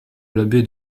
l’abbé